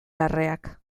larreak